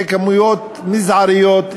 זה כמויות מזעריות,